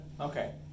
Okay